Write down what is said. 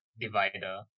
divider